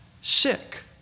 sick